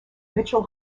mitchell